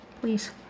please